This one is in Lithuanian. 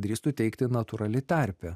drįstu teigti natūrali tarpė